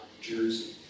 Jersey